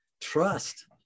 trust